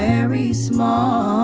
very small,